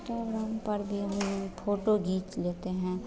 Instagram पर भी हम फ़ोटो खींच लेते हैं